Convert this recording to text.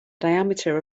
diameter